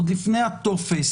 עוד לפני הטופס,